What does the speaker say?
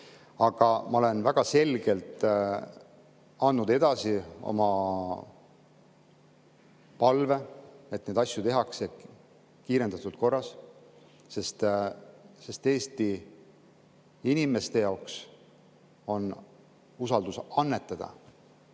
Aga ma olen väga selgelt andnud edasi oma palve, et neid asju tehtaks kiirendatud korras. Sest Eesti inimeste usaldus annetamise